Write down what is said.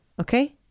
okay